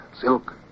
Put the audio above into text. Silk